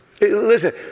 Listen